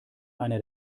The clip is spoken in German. eine